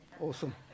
Awesome